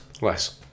less